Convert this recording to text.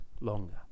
longer